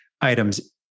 items